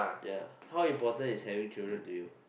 ya how important is having children to you